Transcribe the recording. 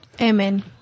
Amen